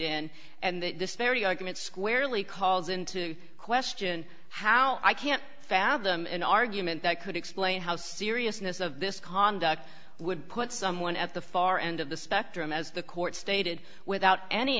in and this very argument squarely calls into question how i can't fathom an argument that could explain how seriousness of this conduct would put someone at the far end of the spectrum as the court stated without any